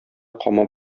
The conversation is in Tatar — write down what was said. камап